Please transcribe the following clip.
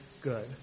good